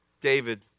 David